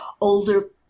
older